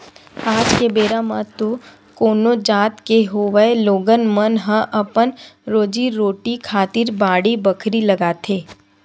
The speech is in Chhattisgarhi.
आज के बेरा म तो कोनो जात के होवय लोगन मन ह अपन रोजी रोटी खातिर बाड़ी बखरी लगाथे